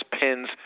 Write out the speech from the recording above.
pins